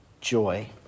joy